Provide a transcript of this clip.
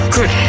Good